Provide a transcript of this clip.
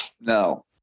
No